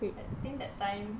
I think that time